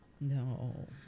no